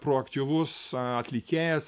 proaktyvus atlikėjas